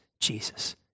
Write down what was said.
Jesus